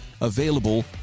available